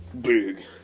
big